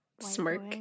Smirk